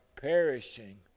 perishing